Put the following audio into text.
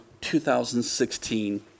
2016